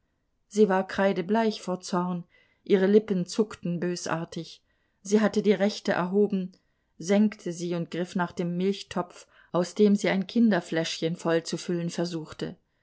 sie war kreidebleich vor zorn ihre lippen zuckten bösartig sie hatte die rechte erhoben senkte sie und griff nach dem milchtopf aus dem sie ein kinderfläschchen voll zu füllen versuchte